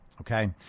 okay